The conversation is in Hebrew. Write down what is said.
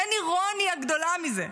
אין אירוניה גדולה מזה.